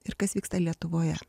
ir kas vyksta lietuvoje